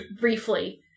briefly